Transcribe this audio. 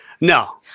No